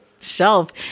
shelf